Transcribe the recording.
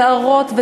נערות,